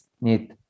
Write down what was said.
need